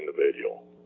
individual